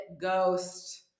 ghost